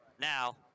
now